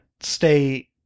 stay